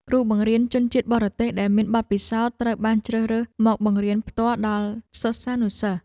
គ្រូបង្រៀនជនជាតិបរទេសដែលមានបទពិសោធន៍ត្រូវបានជ្រើសរើសមកបង្រៀនផ្ទាល់ដល់សិស្សានុសិស្ស។